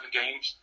games